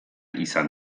izan